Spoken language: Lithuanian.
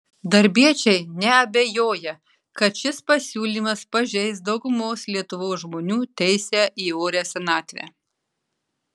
darbiečiai neabejoja kad šis pasiūlymas pažeis daugumos lietuvos žmonių teisę į orią senatvę